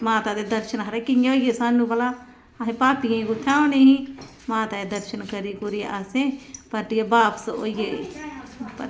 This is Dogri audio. माता दे दर्शन खबरै कियां होइये सानूं भला अस पापियें कुत्थे होनी ही ते अस माता दे दर्शन करी कुरी असें परतीये बापस होई गे